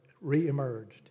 re-emerged